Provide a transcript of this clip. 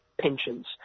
pensions